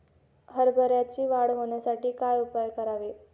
हरभऱ्याची वाढ होण्यासाठी काय उपाय करावे?